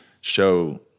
show